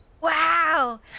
Wow